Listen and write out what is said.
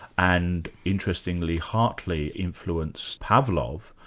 and interestingly, hartley influenced pavlov,